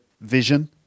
vision